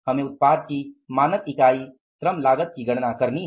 हमें उत्पाद की मानक इकाई श्रम लागत की गणना करनी है